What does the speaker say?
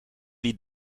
wie